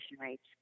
rates